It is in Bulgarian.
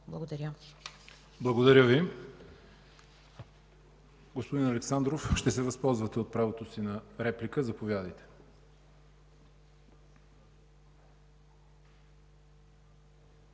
ХАЙТОВ: Благодаря Ви. Господин Александров, ще се възползвате ли от правото си на реплика? Заповядайте.